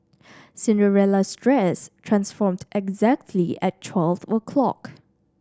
Cinderella's dress transformed exactly at twelve o' clock